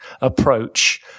approach